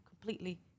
completely